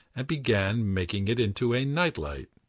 and began making it into a night-light.